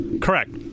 Correct